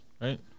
right